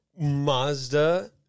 Mazda